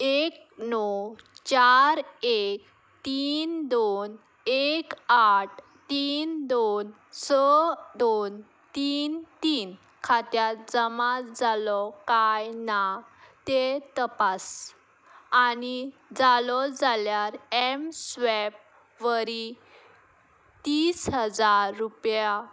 एक णव चार एक तीन दोन एक आट तीन दोन स दोन तीन तीन खात्यात जमा जालो काय ना च्या तें तपास आनी जालो जाल्यार एमस्वॅप वरी तीस हजार रुपया